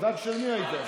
סנדק של מי היית?